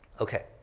Okay